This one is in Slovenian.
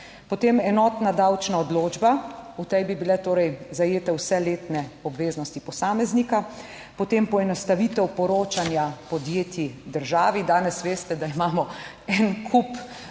Potem enotna davčna odločba, v tej bi bile torej zajete vse letne obveznosti posameznika. Potem poenostavitev poročanja podjetij državi; danes veste, da imamo en kup nekih